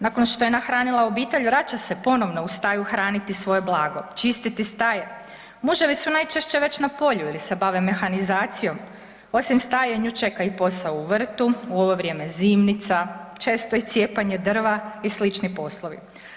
Nakon što je nahranila obitelj vraća se ponovno u staju hraniti svoje blago, čistiti staje, muževi su najčešće već na polju ili se bave mehanizacijom, osim staje nju čeka i posao u vrtu, u ovo vrijeme zimnica, često i cijepanje drva i slični poslovi.